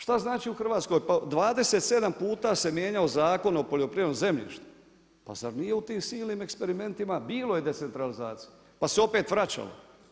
Šta znači u Hrvatskoj, pa 27 puta se mijenjao Zakon o poljoprivrednom zemljištu, pa zar nije u tim silnim eksperimentima, bilo je decentralizacije pa se opet vraćalo.